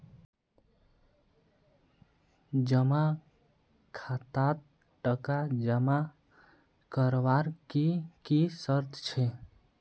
जमा खातात टका जमा करवार की की शर्त छे?